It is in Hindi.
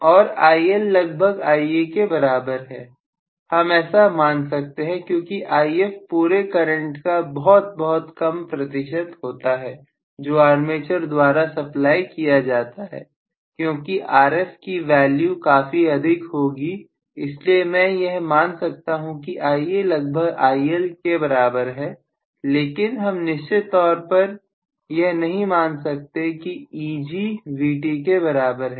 और IL लगभग Ia के बराबर है हम ऐसा मान सकते हैं क्योंकि If पूरे करंट का बहुत बहुत कम प्रतिशत होता है जो आर्मेचर द्वारा सप्लाई किया जाता है क्योंकि Rf की वैल्यू काफी अधिक होगी इसलिए मैं यह मान सकता हूं कि Ia लगभग IL बराबर है लेकिन हम निश्चित तौर पर यह नहीं मान सकते कि Eg Vt के बराबर है